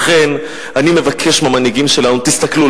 ולכן אני מבקש מהמנהיגים שלנו: תסתכלו,